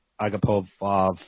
Agapov